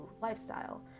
lifestyle